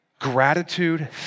gratitude